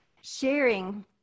sharing